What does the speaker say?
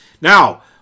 Now